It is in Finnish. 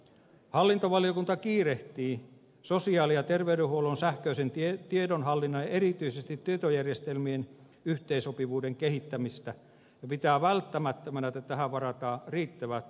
hallintovaliokunta kiirehtii sosiaali ja terveydenhuollon sähköisen tiedonhallinnan ja erityisesti tietojärjestelmien yhteensopivuuden kehittämistä ja pitää välttämättömänä että tähän varataan riittävät voimavarat